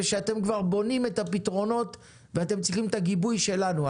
ושאתם כבר בונים את הפתרונות ואתם צריכים את הגיבוי שלנו.